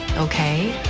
okay.